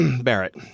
Barrett